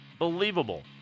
Unbelievable